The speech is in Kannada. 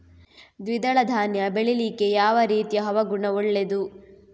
ದ್ವಿದಳ ಧಾನ್ಯ ಬೆಳೀಲಿಕ್ಕೆ ಯಾವ ರೀತಿಯ ಹವಾಗುಣ ಒಳ್ಳೆದು?